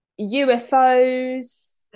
UFOs